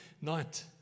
night